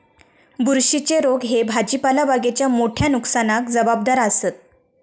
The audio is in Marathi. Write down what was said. बुरशीच्ये रोग ह्ये भाजीपाला बागेच्या मोठ्या नुकसानाक जबाबदार आसत